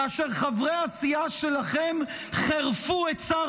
כאשר חברי הסיעה שלכם חירפו את שר